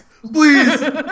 please